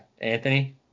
anthony